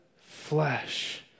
Flesh